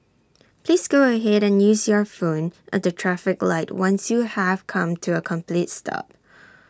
please go ahead and use your phone at the traffic light once you have come to A complete stop